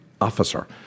officer